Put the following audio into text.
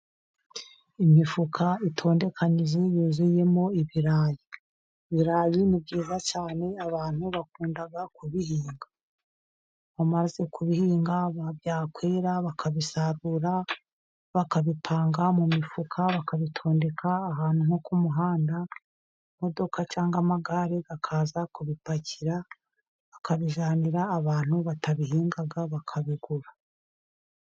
Imifuka itondekanyije yuzuyemo ibirayi, ibirayi ni byiza cyane abantu bakunda kubihinga, bamaze kubihinga byakwera bakabisarura bakabipanga mu mifuka bakabitondeka ahantu nko ku muhanda, imodoka cyangwa amagare akaza kubipakira, akabijyanira abantu batabihinga bakabigura.